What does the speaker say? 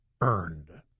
earned